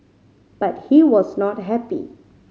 but he was not happy